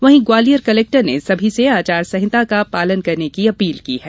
वहीं ग्वालियर कलेक्टर ने सभी से आचार संहिता का पालन करने की अपील की है